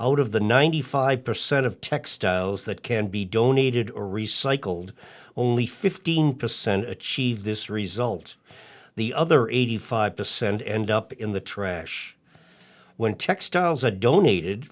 out of the ninety five percent of textiles that can be donated or recycled only fifteen percent achieve this result the other eighty five percent end up in the trash when textiles a donated